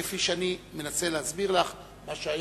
כפי שאני מנסה להסביר לך מה שהיה,